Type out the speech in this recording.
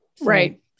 Right